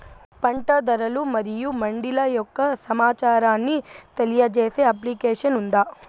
పంట ధరలు మరియు మండీల యొక్క సమాచారాన్ని తెలియజేసే అప్లికేషన్ ఉందా?